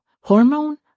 Hormone